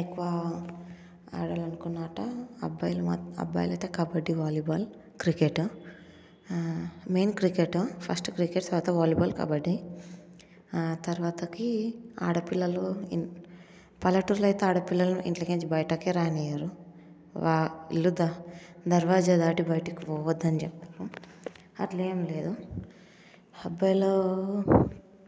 ఎక్కువ ఆడాలనుకునే ఆట అబ్బాయిలు అబ్బాయిలతో kabaddi volleyball cricket main cricket first cricket తర్వాత వాలీబాల్ కబడ్డీ తర్వాతకి ఆడపిల్లలు పల్లెటూరులో అయితే ఆడపిల్లలను ఇంట్లో నుంచి బయటికి రానివ్వరు వాళ్ళు ఇల్లు దర్వాజా దాటి బయటికి పోవద్దు అని చెప్తారు అట్లా ఏం లేదు అబ్బాయిలు